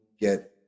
get